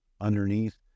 underneath